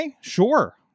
sure